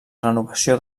renovació